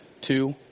two